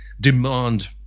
demand